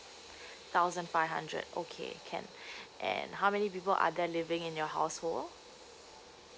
thousand five hundred okay can and how many people are there living in your household